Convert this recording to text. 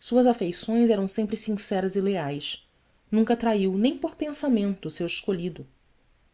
suas afeições eram sempre sinceras e leais nunca traiu nem por pensamento o seu escolhido